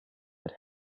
but